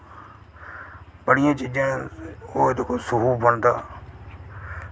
बड़ियां चीज़ां होर दिक्खो सूप बनदा